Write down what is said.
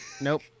nope